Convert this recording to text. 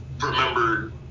remember